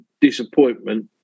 disappointment